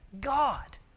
God